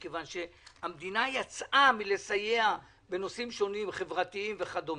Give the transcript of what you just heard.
מכיוון שהמדינה יצאה מסיוע בנושאים חברתיים וכדומה,